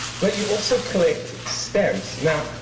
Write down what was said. but you also collect stamps. now,